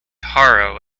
harrow